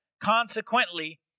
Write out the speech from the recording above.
Consequently